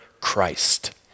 Christ